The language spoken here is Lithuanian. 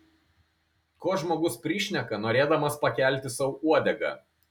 ko žmogus prišneka norėdamas pakelti sau uodegą